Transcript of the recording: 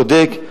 צודק,